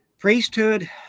Priesthood